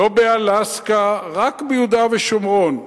לא באלסקה, רק ביהודה ושומרון.